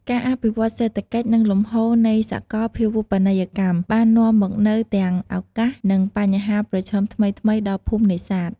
ការអភិវឌ្ឍន៍សេដ្ឋកិច្ច និងលំហូរនៃសកលភាវូបនីយកម្មបាននាំមកនូវទាំងឱកាស និងបញ្ហាប្រឈមថ្មីៗដល់ភូមិនេសាទ។